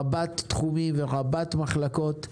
רבת תחומים ורבת מחלקות,